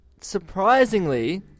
surprisingly